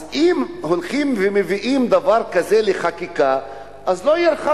אז אם הולכים ומביאים דבר כזה לחקיקה, לא ירחק